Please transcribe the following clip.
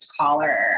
collar